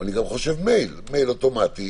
ומייל אוטומטי